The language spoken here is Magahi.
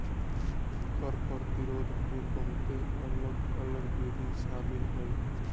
कर प्रतिरोध में बहुते अलग अल्लग विधि शामिल हइ